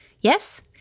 Yes